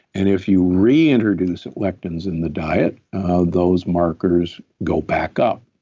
and if you reintroduce electrons in the diet of those markers go back up.